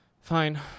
fine